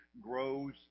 grows